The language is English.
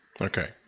Okay